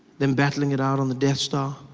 them battling it out on the death star.